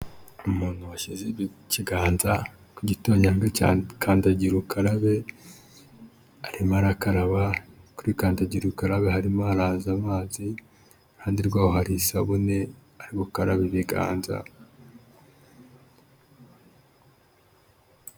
Umuntu washyize ikiganza ku gitonyanga cya kandagira ukarabe, arimo arakaraba, kuri kandagira ukarabe harimo haraza amazi, iruhande rwaho hari isabune, ari gukaraba ibiganza.